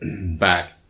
back